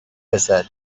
رسد